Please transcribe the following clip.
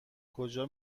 کجا